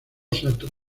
sato